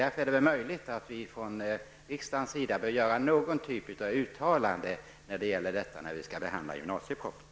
Därför bör nog riksdagen göra någon form av uttalande om detta när den skall behandla gymnasiepropositionen.